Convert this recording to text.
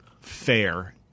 fair